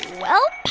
well,